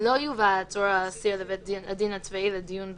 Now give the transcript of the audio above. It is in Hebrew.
לא יובא העצור או האסיר לבית הדין הצבאי לדיון בעניינו,